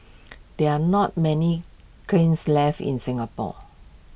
there are not many kilns left in Singapore